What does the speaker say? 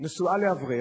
נשואה לאברך,